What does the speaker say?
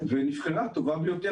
ונבחרה הטובה ביותר.